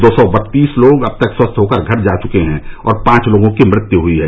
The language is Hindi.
दो सौ बत्तीस लोग अब तक स्वस्थ होकर घर जा चुके हैं और पांच लोगों की मृत्यु हुयी है